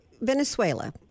Venezuela